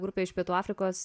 grupė iš pietų afrikos